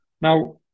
now